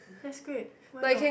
that's great why not